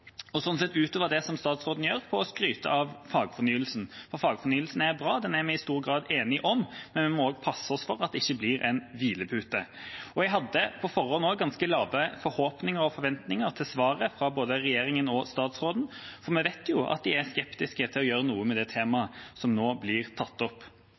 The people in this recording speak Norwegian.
utover det som statsråden gjør ved å skryte av fagfornyelsen. Fagfornyelsen er bra, den er vi i stor grad enige om, men vi må også passe oss for at det ikke blir en hvilepute. Jeg hadde på forhånd ganske lave forhåpninger og forventninger til svaret fra både regjeringa og statsråden, for vi vet at de er skeptiske til å gjøre noe med det temaet som nå blir tatt opp.